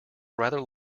rather